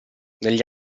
negli